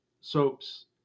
soaps